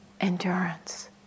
endurance